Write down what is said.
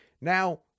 Now